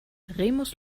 remus